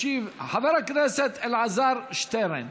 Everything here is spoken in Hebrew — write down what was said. חבר הכנסת אלעזר שטרן,